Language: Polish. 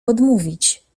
odmówić